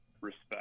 respect